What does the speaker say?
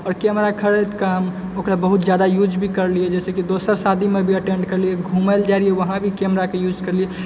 आओर कैमरा ख़रीदैत काल ओकरा बहुत जादा युज भी करलियै जाहिसॅं कि दोसर शादीमे भी अटेण्ड करलियै घुमय लए जाइ रहियै वहाँ भी कैमराके युज करलियै